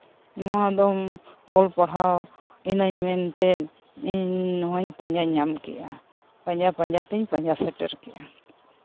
ᱱᱚᱣᱟᱫᱚ ᱚᱞ ᱯᱟᱲᱦᱟᱣ ᱤᱱᱟᱹᱧ ᱢᱮᱱᱛᱮ ᱤᱧ ᱱᱚᱣᱟᱧ ᱯᱟᱸᱡᱟ ᱧᱟᱢ ᱠᱮᱜᱼᱟ ᱯᱟᱸᱡᱟ ᱯᱟᱸᱡᱟ ᱛᱤᱧ ᱯᱟᱸᱡᱟ ᱥᱮᱴᱮᱨ ᱠᱮᱜᱼᱟ